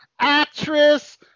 Actress